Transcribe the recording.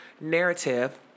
narrative